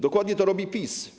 Dokładnie to robi PiS.